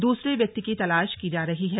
दूसरे व्यक्ति की तलाश की जा रही है